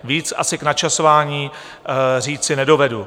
Víc asi k načasování říci nedovedu.